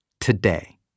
today